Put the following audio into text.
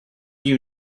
you